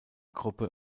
gruppe